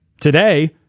Today